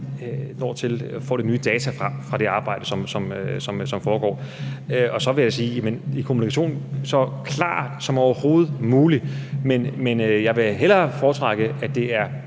får de nye data fra det arbejde, som foregår. Så vil jeg sige, at kommunikationen skal være så klar som overhovedet muligt, men jeg vil foretrække, at det er